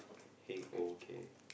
heng oh okay